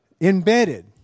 Embedded